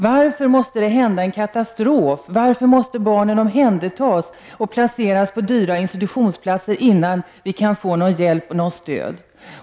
Varför måste det hända en katastrof och varför måste barnen omhändertas och placeras på dyra institutionsplatser innan vi kan få hjälp och stöd?